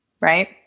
right